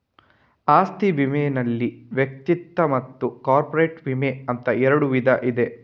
ಆಸ್ತಿ ವಿಮೆನಲ್ಲಿ ವೈಯಕ್ತಿಕ ಮತ್ತು ಕಾರ್ಪೊರೇಟ್ ವಿಮೆ ಅಂತ ಎರಡು ವಿಧ ಇದೆ